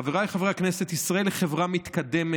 חבריי חברי הכנסת, ישראל היא חברה מתקדמת,